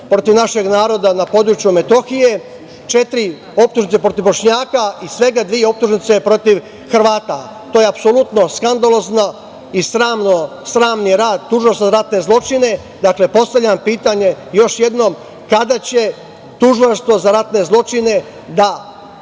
protiv našeg naroda na području Metohije, četiri optužnice protiv Bošnjaka i svega dve optužnice protiv Hrvata. To je apsolutno skandalozni i sramni rad Tužilaštva za ratne zločine. Dakle, postavljam pitanje, još jednom – kada će Tužilaštvo za ratne zločine da